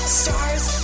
stars